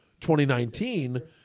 2019